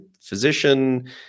physician